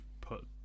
put